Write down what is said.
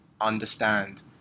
understand